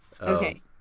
Okay